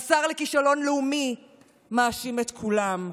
השר לכישלון לאומי מאשים את כולם.